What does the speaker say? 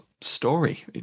story